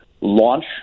launch